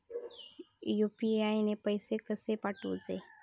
UPI ने पैशे कशे पाठवूचे?